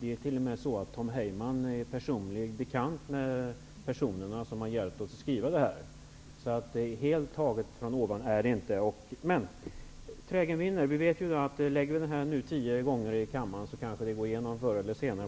Det är t.o.m. så att Tom Heyman är personlig bekant med dem som har hjälpt oss att skriva den. Förslaget är alltså inte helt taget ur det blå. Trägen vinner. Vi vet ju nu att om vi lägger fram förslaget tio gånger i kammaren så kanske det går igenom förr eller senare.